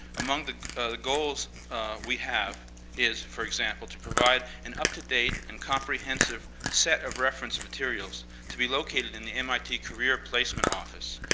among the goals we have is, for example, to provide an up to date and comprehensive set of reference materials to be located in the mit career placement office,